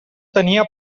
tenia